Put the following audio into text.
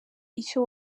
icyo